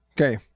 okay